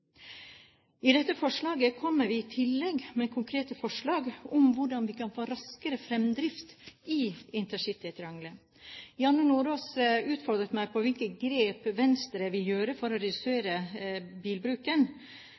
I dette forslaget kommer vi i tillegg med konkrete forslag til hvordan vi kan få raskere fremdrift i intercitytriangelet. Janne Sjelmo Nordås utfordret meg på hvilke grep Venstre vil gjøre for å redusere bilbruken.